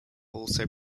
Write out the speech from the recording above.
also